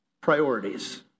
Priorities